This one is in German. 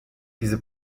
diese